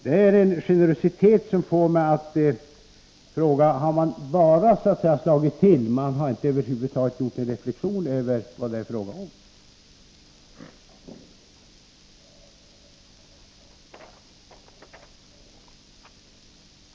Det är en generositet som får mig att fråga: Har man så att säga bara slagit till utan att över huvud taget reflektera över vad det är fråga om?